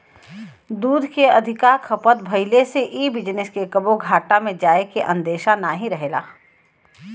दूध के अधिका खपत भइले से इ बिजनेस के कबो घाटा में जाए के अंदेशा नाही रहेला